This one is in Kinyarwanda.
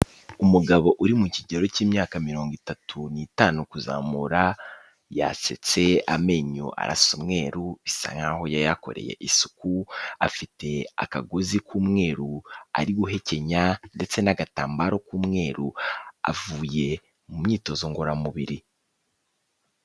Umugabo uri mu kigero cy'imyaka mirongo itatu n'itanu kuzamura yasetse amenyo arasa umweru bisa nkaho yayakoreye isuku, afite akagozi k'umweru ari guhekenya ndetse n'agatambaro k'umweru, avuye mu myitozo ngororamubiri.